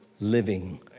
living